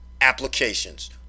applications